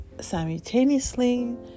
simultaneously